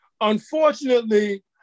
Unfortunately